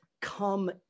come